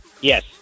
Yes